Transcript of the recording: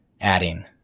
adding